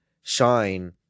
shine